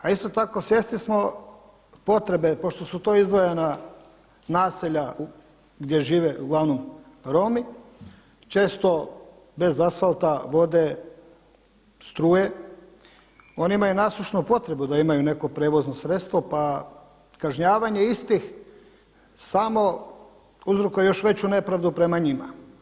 A isto tako svjesni smo potrebe pošto su to izdvojena naselja gdje žive uglavnom Romi često bez asfalta, vode, struje oni imaju nasušnu potrebu da imaju neko prijevozno sredstvo, pa kažnjavanje istih samo uzrokuje još veću nepravdu prema njima.